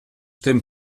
tym